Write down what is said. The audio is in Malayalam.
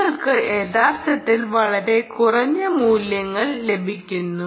നിങ്ങൾക്ക് യഥാർത്ഥത്തിൽ വളരെ കുറഞ്ഞ മൂല്യങ്ങൾ ലഭിക്കുന്നു